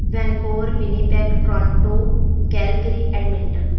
Vancouver Winnipeg Toronto Calgary Edmonton